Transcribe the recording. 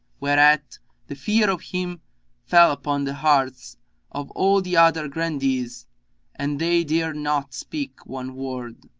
whereat the fear of him fell upon the hearts of all the other grandees and they dared not speak one word.